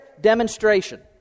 demonstration